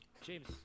James